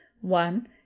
one